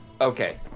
Okay